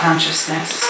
Consciousness